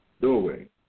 doorway